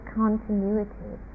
continuity